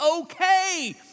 okay